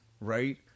right